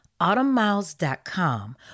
autumnmiles.com